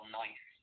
nice